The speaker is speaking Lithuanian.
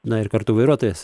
na ir kartu vairuotojas